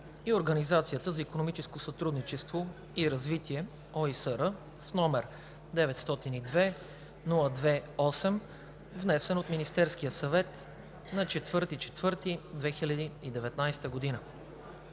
и Организацията за икономическо сътрудничество и развитие (ОИСР), № 902-02-8, внесен от Министерския съвет на 4 април 2019 г.